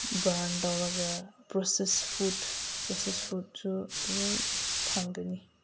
burn ꯇꯧꯔꯒ process food process ꯐꯨꯠꯁꯨ ꯑꯗꯨꯃꯥꯏ ꯐꯪꯒꯅꯤ